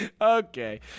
Okay